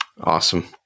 Awesome